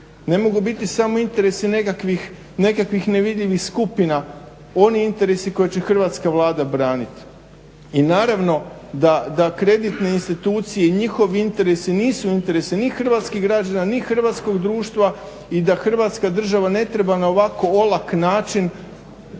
Ne mogu biti samo interesi nekakvih nevidljivih skupina, oni interesi koje će hrvatska Vlada braniti. I naravno da kreditne institucije i njihovi interesi nisu interesi ni hrvatskih građana ni hrvatskog društva i da hrvatska država ne treba na ovako olak način